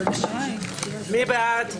מי בעד?